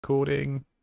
Recording